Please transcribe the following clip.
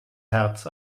herz